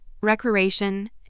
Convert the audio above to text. recreation